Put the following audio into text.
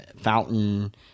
Fountain